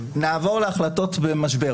נעבור להחלטות במשבר.